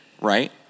right